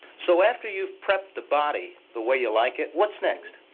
so after you've prepped the body the way you like it, what's next?